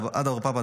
אדא בר פפא,